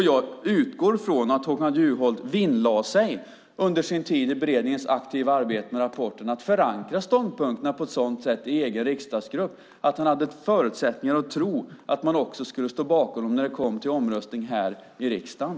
Jag utgår från att Håkan Juholt vinnlade sig under sin tid i beredningens aktiva arbete med rapporten om att förankra ståndpunkterna på ett sådant sätt i egen riksdagsgrupp att han hade förutsättningar att tro att man också skulle stå bakom honom när det kom till omröstning här i riksdagen.